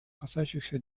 касающихся